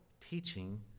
teaching